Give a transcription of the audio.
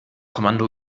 kommando